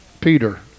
Peter